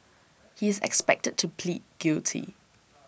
he is expected to plead guilty